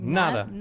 nada